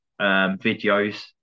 videos